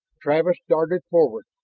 travis darted forward.